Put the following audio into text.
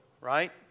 right